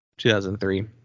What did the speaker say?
2003